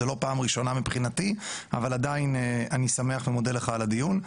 זו לא פעם ראשונה מבחינתי אבל עדיין אני שמח ומודה לך על הדיון.